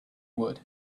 would